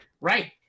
Right